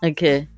Okay